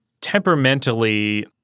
temperamentally